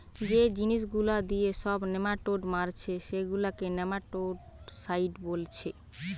যে জিনিস গুলা দিয়ে সব নেমাটোড মারছে সেগুলাকে নেমাটোডসাইড বোলছে